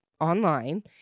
online